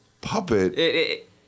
puppet